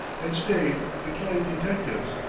and stayed, employing detectives.